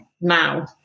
now